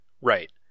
right